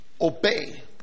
obey